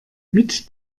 mit